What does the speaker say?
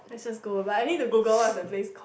let's just go but I need to google what is that place called